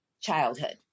childhood